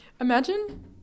Imagine